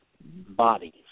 bodies